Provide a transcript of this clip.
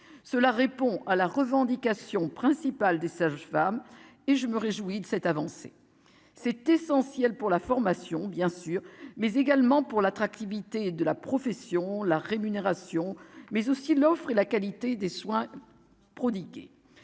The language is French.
cela répond à la revendication principale des sages-femmes et je me réjouis de cette avancée, c'est essentiel pour la formation, bien sûr, mais également pour l'attractivité de la profession, la rémunération, mais aussi l'offre et la qualité des soins prodigués,